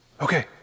Okay